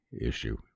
issue